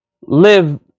live